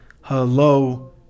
Hello